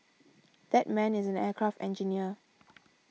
that man is an aircraft engineer